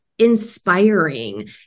inspiring